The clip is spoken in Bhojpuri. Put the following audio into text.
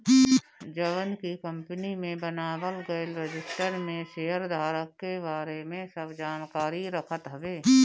जवन की कंपनी में बनावल गईल रजिस्टर में शेयरधारक के बारे में सब जानकारी रखत हवे